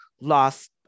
lost